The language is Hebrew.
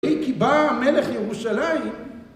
כי בא המלך ירושלים